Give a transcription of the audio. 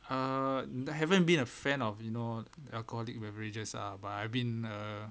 uh I haven't been a fan of you know alcoholic beverages ah but I've been uh